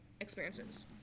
experiences